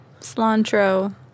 cilantro